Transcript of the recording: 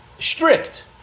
Strict